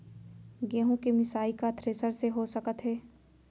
गेहूँ के मिसाई का थ्रेसर से हो सकत हे?